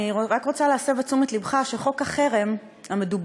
אני רק רוצה להסב את תשומת לבך שחוק החרם המדובר,